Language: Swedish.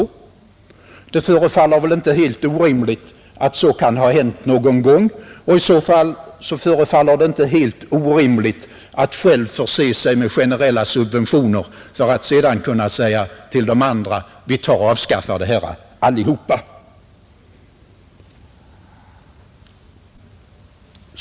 Det förefaller inte helt orimligt att så kan ha hänt någon gång, men i så fall bör det inte heller förefalla helt orimligt att man själv inför generella subventioner för att sedan kunna säga till de andra: ”Vi tar och avskaffar det här allihopa!